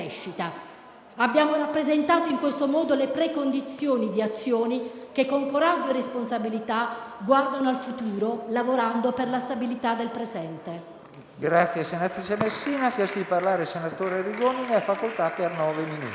Abbiamo rappresentato in questo modo le precondizioni di azioni che, con coraggio e responsabilità, guardano al futuro lavorando per la stabilità del presente.